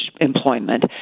employment